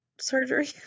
surgery